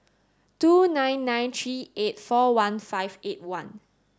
two nine nine three eight four one five eight one